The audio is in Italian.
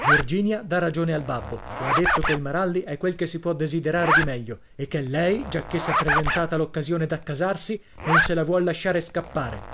virginia dà ragione al babbo e ha detto che il maralli è quel che si può desiderare di meglio e che lei giacché s'è presentata l'occasione d'accasarsi non se la vuol lasciare scappare